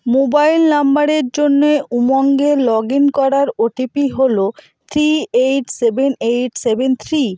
mobile নাম্বারের জন্যে উমঙ্গে লগ ইন করার ওটিপি হলো three eight seven eight seven three